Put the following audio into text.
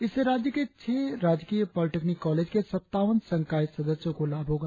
इससे राज्य के छह राजकीय पॉलिटेक्निक कालेज के सत्तावन संकाय सदस्यों को लाभ होगा